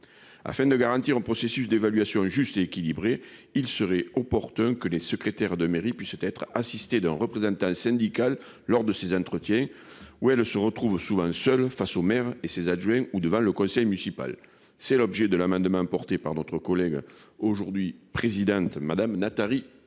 afin de garantir un processus d'évaluation juste et équilibré, il serait opportun que les secrétaires de mairie puisse être assisté d'un représentant syndical lors de ses entretiens où elles se retrouvent souvent seuls face au maire et ses adjoints ou devant le conseil municipal. C'est l'objet de la main demain par notre collègue aujourd'hui présidente madame n'Atari